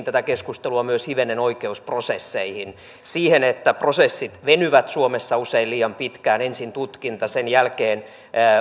tätä keskustelua myös hivenen oikeusprosesseihin siihen että prosessit venyvät suomessa usein liian pitkään ensin on tutkinta sen jälkeen